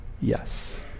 yes